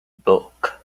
book